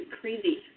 crazy